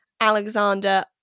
Alexander